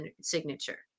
signature